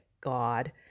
God